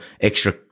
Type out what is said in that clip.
extra